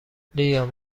لیام